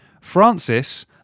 Francis